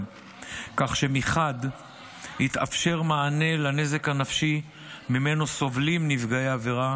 כך שמחד גיסא יתאפשר מענה לנזק הנפשי שממנו סובלים נפגעי עבירה